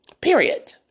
period